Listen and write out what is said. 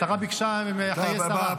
השרה ביקשה חיי שרה.